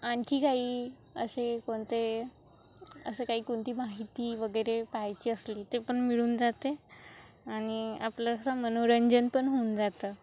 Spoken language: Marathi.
आणखी काही असे कोणते असं काही कोणती माहिती वगैरे पाहायची असली ते पण मिळून जाते आणि आपलं असं मनोरंजन पण होऊन जातं